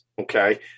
Okay